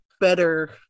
better